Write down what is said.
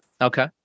Okay